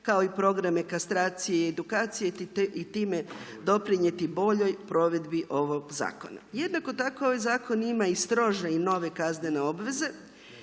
kao i programe kastracije i edukacije i time doprinijeti boljoj provedbi ovog zakona. Jednako tako zakon ima i strože nove kaznene obveze.